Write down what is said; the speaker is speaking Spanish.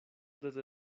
desde